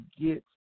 get